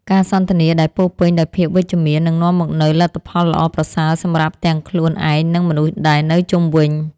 ការសន្ទនាដែលពោរពេញដោយភាពវិជ្ជមាននឹងនាំមកនូវលទ្ធផលល្អប្រសើរសម្រាប់ទាំងខ្លួនឯងនិងមនុស្សដែលនៅជុំវិញ។